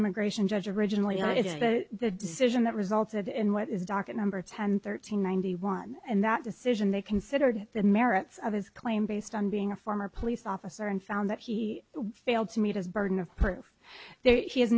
immigration judge originally got it but the decision that resulted in what is docket number ten thirteen ninety one and that decision they considered the merits of his claim based on being a former police officer and found that he failed to meet his burden of proof there he